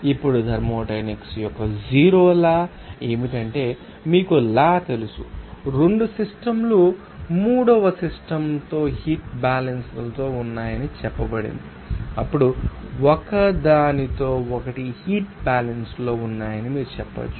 ఇప్పుడు థర్మోడైనమిక్స్ యొక్క zero law ఏమిటంటే మీకు లా తెలుసు 2 సిస్టమ్ లు మూడవ సిస్టమ్ తో హీట్ బ్యాలన్స్ తలో ఉన్నాయని చెప్పబడింది అప్పుడు అవి ఒకదానితో ఒకటి హీట్ బ్యాలన్స్ లో ఉన్నాయని మీరు చెప్పవచ్చు